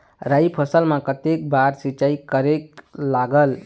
राई फसल मा कतक बार सिचाई करेक लागेल?